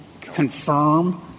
confirm